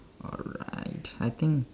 alright I think